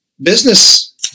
business